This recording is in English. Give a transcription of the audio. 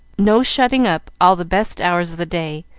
no shutting up all the best hours of the day